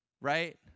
Right